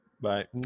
Bye